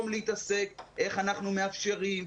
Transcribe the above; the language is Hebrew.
במקום להתעסק איך אנחנו מאפשרים,